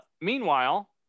Meanwhile